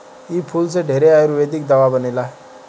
इ फूल से ढेरे आयुर्वेदिक दावा बनेला